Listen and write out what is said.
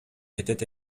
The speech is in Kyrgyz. кетет